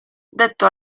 detto